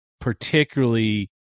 particularly